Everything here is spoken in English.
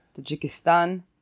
Tajikistan